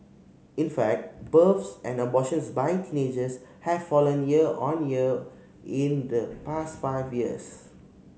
in fact births and abortions by teenagers have fallen year on year in the past five years